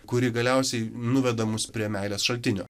kuri galiausiai nuveda mus prie meilės šaltinio